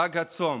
חג הצום